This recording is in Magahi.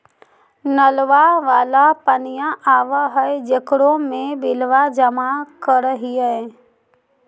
नलवा वाला पनिया आव है जेकरो मे बिलवा जमा करहिऐ?